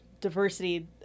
diversity